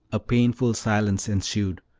a painful silence ensued,